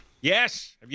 Yes